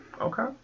Okay